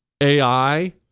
AI